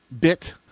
bit